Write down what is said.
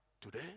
Today